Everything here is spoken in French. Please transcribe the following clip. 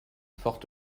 fort